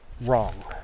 wrong